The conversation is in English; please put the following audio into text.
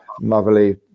motherly